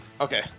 Okay